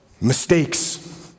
mistakes